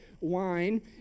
wine